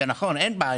זה נכון, אין בעיה,